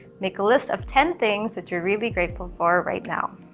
make a list of ten things that you're really grateful for right now.